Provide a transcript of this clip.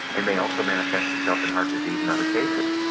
and may also manifest itself in heart disease and other cases.